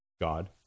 God